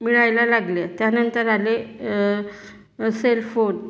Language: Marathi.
मिळायला लागल्या त्यानंतर आले सेलफोन